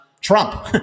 Trump